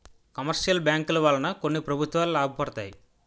commercial బ్యాంకుల వలన కొన్ని ప్రభుత్వాలు లాభపడతాయి